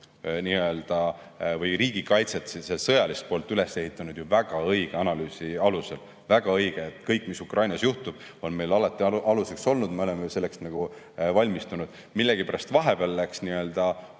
ohtu või riigikaitset, sõjalist poolt üles ehitanud ju väga õige analüüsi alusel. Väga õige! Kõik, mis Ukrainas juhtub, on meil alati aluseks olnud, me oleme selleks valmistunud. Millegipärast vahepeal läks kogu